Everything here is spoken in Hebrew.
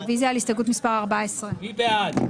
רוויזיה על הסתייגות מס' 49. מי בעד,